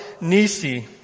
Nisi